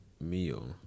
meal